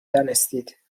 دانستید